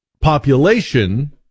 population